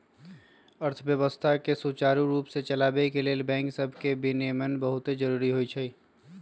अर्थव्यवस्था के सुचारू रूप से चलाबे के लिए बैंक सभके विनियमन बहुते जरूरी होइ छइ